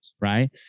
Right